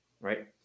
right